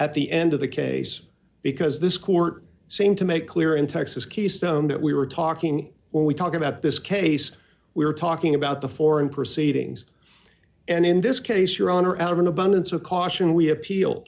at the end of the case because this court seemed to make clear in texas keystone that we were talking when we talk about this case we're talking about the foreign proceedings and in this case your honor out of an abundance of caution we appeal